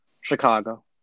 Chicago